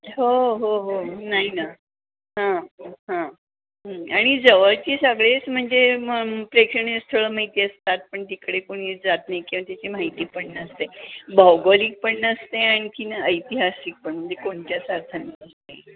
हो हो हो नाही ना हां हां आणि जवळचे सगळेच म्हणजे मग प्रेक्षणीय स्थळं माहिती असतात पण तिकडे कोणी जात नाही किंवा त्याची माहिती पण नसते भौगोलिक पण नसते आणखी ऐतिहासिक पण म्हणजे कोणत्याच अर्थाने नसते